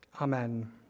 Amen